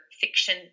fiction